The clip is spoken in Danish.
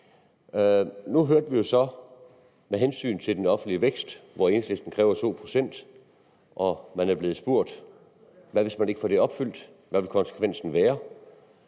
at Enhedslisten med hensyn til den offentlige vækst kræver 2 pct. i vækst, og man er blevet spurgt: Hvad hvis man ikke får det opfyldt? Hvad vil konsekvensen være?